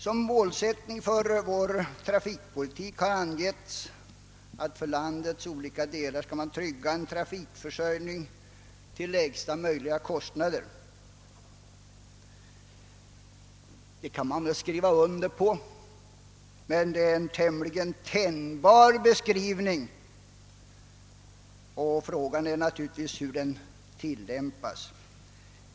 Som målsättning för vår trafikpolitik har angivits att man för landets olika delar skall trygga en trafikförsörjning till lägsta möjliga kostnader. Det kan man skriva under på, men det är en tämligen tänjbar beskrivning. Frågan är naturligtvis hur den tillämpas.